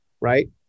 right